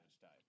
type